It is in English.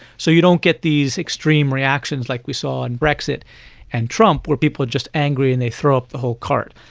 so you don't get these extreme reactions like we saw in brexit and trump, where people are just angry and they throw up the whole cart.